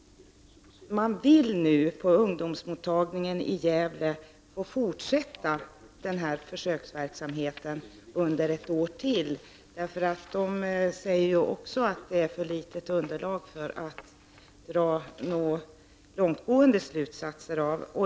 På ungdomsmottagningen i Gävle vill man nu få fortsätta den här försöksverksamheten under ett år till. De säger också att underlaget är för litet för att dra några långtgående slutsatser.